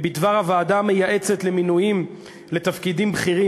בדבר הוועדה המייעצת למינויים לתפקידים בכירים,